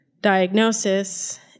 diagnosis